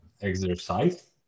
exercise